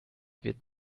wird